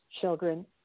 children